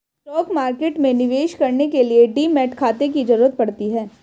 stock market में निवेश करने के लिए डीमैट खाता की जरुरत पड़ती है